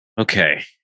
Okay